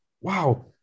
wow